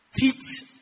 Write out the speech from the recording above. Teach